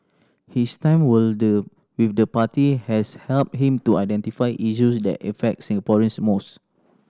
his time will the with the party has helped him to identify issues that affect Singaporeans most